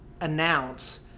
announce